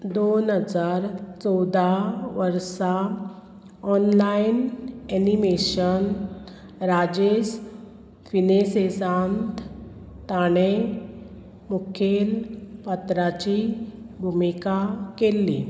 दोन हजार चवदा वर्सा ऑनलायन एनिमेशन राजेश फिनेसेसांत ताणें मुखेल पात्राची भुमिका केल्ली